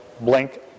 blink